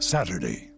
Saturday